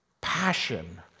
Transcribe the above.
passion